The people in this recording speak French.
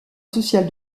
sociale